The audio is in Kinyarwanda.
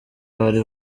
bari